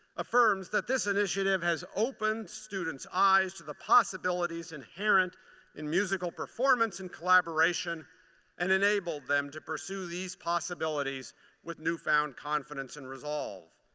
affirms that this initiative has opened students' eyes to the possibilities inherent in musical performance and collaboration and enabled them to pursue these possibilities with newfound confidence and resolve.